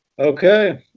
Okay